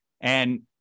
And-